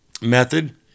method